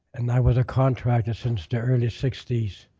and i was a contractor since the early sixty s.